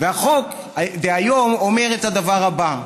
והחוק דהיום אומר את הדבר הבא: